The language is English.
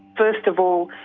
first of all,